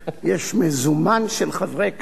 יש מזומן של חברי כנסת